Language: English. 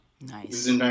Nice